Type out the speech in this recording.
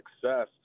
success